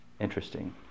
Interesting